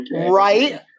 right